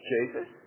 Jesus